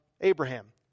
Abraham